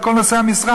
את כל נושאי המשרה,